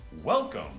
welcome